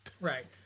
right